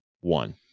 one